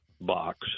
box